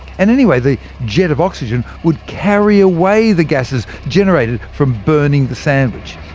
and anyway, the jet of oxygen would carry away the gases generated from burning the sandwich.